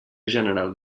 general